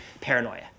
paranoia